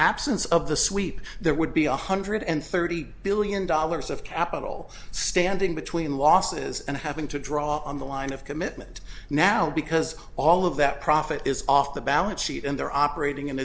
absence of the sweep there would be one hundred and thirty billion dollars of capital standing between losses and having to draw on the line of commitment now because all of that profit is off the balance sheet and they're operating in